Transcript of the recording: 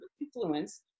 influence